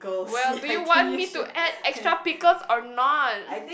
well do you want me to add extra pickles or not